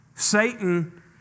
Satan